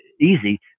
easy